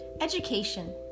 Education